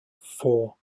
four